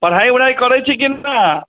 पढ़ाई उढ़ाई करै छी की न